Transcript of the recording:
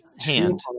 hand